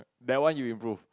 that one you improve